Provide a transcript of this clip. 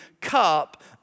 cup